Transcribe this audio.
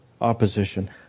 opposition